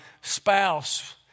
spouse